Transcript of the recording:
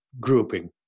grouping